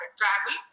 travel